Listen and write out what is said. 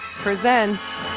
presents